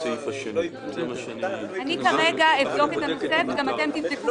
אני אבדוק את הנושא וגם אתם תבדקו